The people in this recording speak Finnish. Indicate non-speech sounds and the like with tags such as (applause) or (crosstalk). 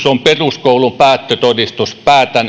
(unintelligible) on peruskoulun päättötodistus päätän (unintelligible)